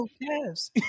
Yes